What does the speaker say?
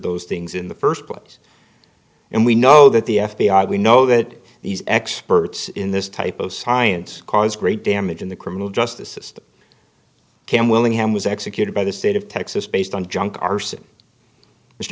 those things in the first place and we know that the f b i we know that these experts in this type of science cause great damage in the criminal justice system can willingham was executed by the state of texas based on junk arson